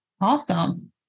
awesome